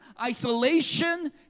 Isolation